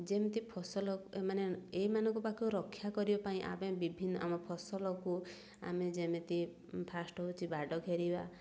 ଯେମିତି ଫସଲ ମାନେ ଏଇମାନଙ୍କ ପାଖକୁ ରକ୍ଷା କରିବା ପାଇଁ ଆମେ ବିଭିନ୍ନ ଆମ ଫସଲକୁ ଆମେ ଯେମିତି ଫାର୍ଷ୍ଟ୍ ହେଉଛି ବାଡ଼ ଘେରିବା